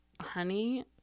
honey